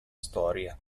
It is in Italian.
storia